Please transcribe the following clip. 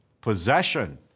possession